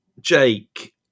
Jake